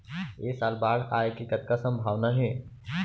ऐ साल बाढ़ आय के कतका संभावना हे?